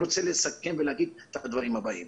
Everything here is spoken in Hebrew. אסכם ואגיד את הדברים הבאים.